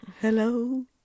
Hello